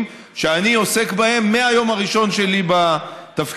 שאני עוסק בהם מהיום הראשון שלי בתפקיד.